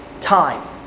time